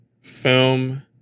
film